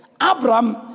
Abram